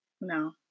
no